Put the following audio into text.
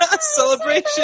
Celebration